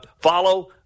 follow